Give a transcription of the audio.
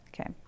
Okay